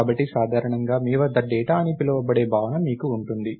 కాబట్టి సాధారణంగా మీ వద్ద డేటా అని పిలవబడే భావన మీకు ఉంటుంది